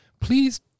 please